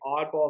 oddball